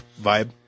vibe